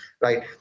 right